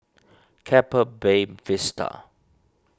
Keppel Bay Vista